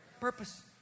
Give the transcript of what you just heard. Purpose